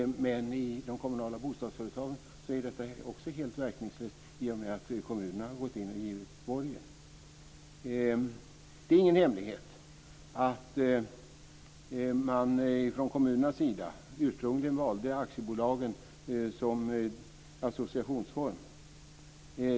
Men i de kommunala bostadsföretagen är detta också helt verkningslöst i och med att kommunerna gått in och givit borgen. Det är ingen hemlighet att man från kommunernas sida ursprungligen valde aktiebolagen som associationsform.